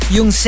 Yung